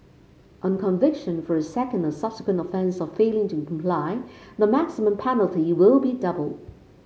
on conviction for a second or subsequent offence of failing to comply the maximum penalty will be doubled